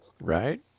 Right